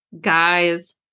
guys